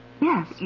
Yes